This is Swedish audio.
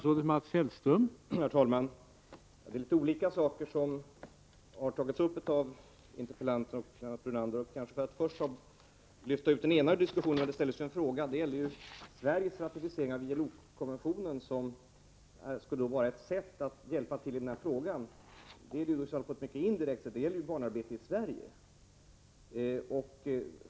Herr talman! Det är olika saker som tagits upp av interpellanten och av Lennart Brunander, och jag skall först lyfta ut den ena ur diskussionen. Det ställdes en fråga om hur Sveriges ratificering av ILO-konventionen skulle vara ett sätt att hjälpa till i denna fråga. Det är i så fall på ett mycket indirekt sätt, därför att den gäller barnarbete i Sverige.